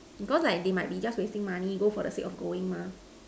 cause like they might be just wasting money go for the sake of going